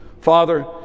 Father